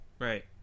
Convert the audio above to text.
right